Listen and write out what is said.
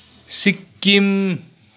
Sikkim